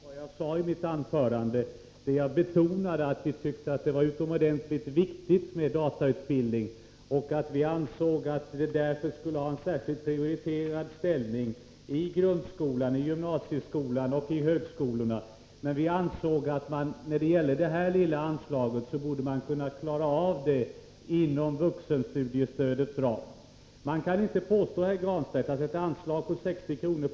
Herr talman! Pär Granstedt säger att vi är ointresserade av datautbildning. Vi vill inte sprida kunskap och makt, säger han. Pär Granstedt vet tydligen inte vad han talar om. Han tycks inte ha lyssnat på vad jag sade i mitt anförande, där jag betonade att vi tycker det är utomordentligt viktigt med datautbildning och att vi anser att datautbildningen därför skulle ha en särskilt prioriterad ställning i grundskolan, i gymnasieskolan och i högskolorna — men att man borde kunna klara av det här lilla anslaget inom vuxenstudiestödets ram. Man kan inte påstå att ett anslag på 60 kr.